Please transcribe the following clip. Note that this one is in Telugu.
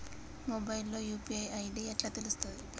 మొబైల్ లో యూ.పీ.ఐ ఐ.డి ఎట్లా తెలుస్తది?